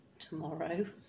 tomorrow